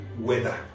weather